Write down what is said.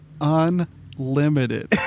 Unlimited